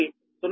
551 p